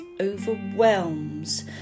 overwhelms